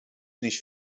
nicht